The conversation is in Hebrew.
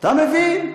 אתה מבין?